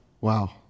Wow